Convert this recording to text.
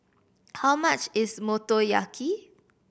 how much is Motoyaki